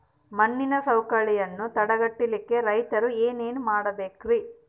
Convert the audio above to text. ಮಣ್ಣಿನ ಸವಕಳಿಯನ್ನ ತಡೆಗಟ್ಟಲಿಕ್ಕೆ ರೈತರು ಏನೇನು ಮಾಡಬೇಕರಿ?